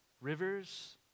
Rivers